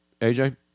AJ